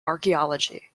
archaeology